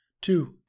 Two